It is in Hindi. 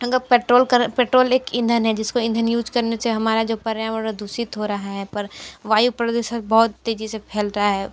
अगर पैट्रोल कर पैट्रोल एक इंधन है जिसको इंधन यूज करने से हमारा जो पर्यावरण दूषित हो रहा है पर वायु प्रदूषण बहुत तेज़ी से फैलता है